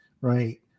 right